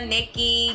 Nikki